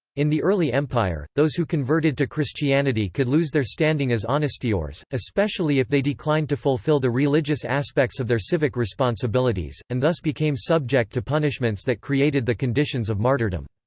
in the early empire, those who converted to christianity could lose their standing as honestiores, especially if they declined to fulfil the religious aspects of their civic responsibilities, and thus became subject to punishments that created the conditions of martyrdom.